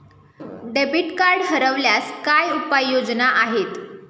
Debit card हरवल्यास काय उपाय योजना आहेत?